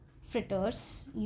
fritters